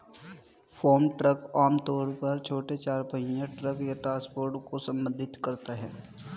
farm truck आम तौर पर छोटे चार पहिया ट्रक या ट्रांसपोर्टर को संदर्भित करता है